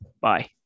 bye